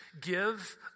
give